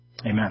Amen